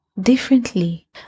differently